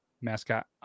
mascot